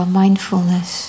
mindfulness